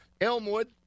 Elmwood